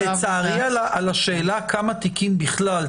על השאלה כמה תיקים בכלל,